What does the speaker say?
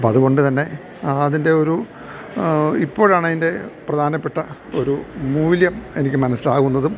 അപ്പം അതുകൊണ്ട് തന്നെ അതിൻ്റെ ഒരു ഇപ്പോഴാണ് അതിൻ്റെ പ്രധാനപ്പെട്ട ഒരു മൂല്യം എനിക്ക് മനസ്സിലാകുന്നതും